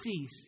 cease